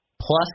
plus